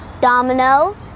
Domino